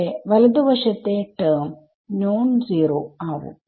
ഇവിടെ വലതു വശത്തെ ടെർമ് നോൺ സീറോ ആവും